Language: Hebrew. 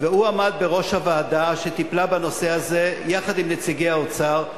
הוא עמד בראש הוועדה שטיפלה בנושא הזה יחד עם נציגי האוצר.